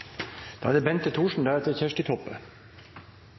Da er det